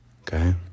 Okay